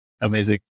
Amazing